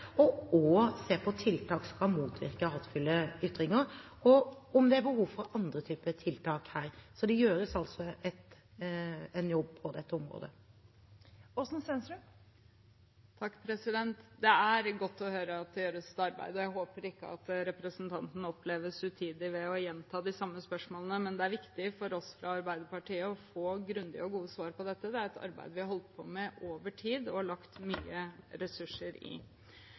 og også se på tiltak som kan motvirke hatefulle ytringer, og om det er behov for andre typer tiltak her. Så det gjøres altså en jobb på dette området. Det er godt å høre at det gjøres et arbeid, og jeg håper ikke at representanten oppleves utidig ved å gjenta de samme spørsmålene. Men det er viktig for oss fra Arbeiderpartiet å få grundige og gode svar på dette. Det er et arbeid vi har holdt på med over tid og lagt mye ressurser i.